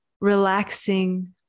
relaxing